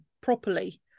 properly